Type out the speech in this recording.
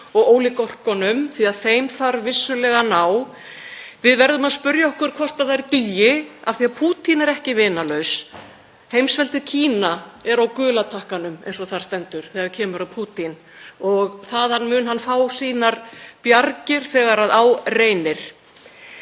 og ólígörkum, því að þeim þarf vissulega ná. Við verðum að spyrja okkur hvort þær dugi af því að Pútín er ekki vinalaus. Heimsveldið Kína er á gula takkanum, eins og þar stendur, þegar kemur að Pútín og þaðan mun hann fá sínar bjargir þegar á reynir.